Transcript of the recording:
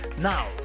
Now